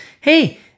Hey